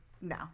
No